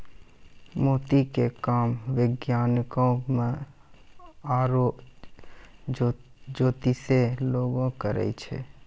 मोती के काम विज्ञानोॅ में आरो जोतिसें लोग करै छै